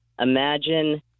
imagine